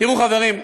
תראו, חברים,